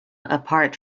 apart